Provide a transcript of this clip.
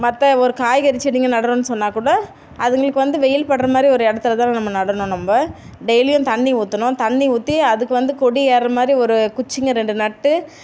மற்ற ஒரு காய்கறி செடிங்கள் நடுறோம்னு சொன்னால் கூட அதுங்களுக்கு வந்து வெயில் படுற மாதிரி ஒரு இடத்துல தான் நம்ம நடணும் நம்ம டெயிலியும் தண்ணி ஊற்றணும் தண்ணி ஊற்றி அதுக்கு வந்து கொடி ஏறுகிற மாதிரி ஒரு குச்சிங்க ரெண்டு நட்டு